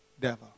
devil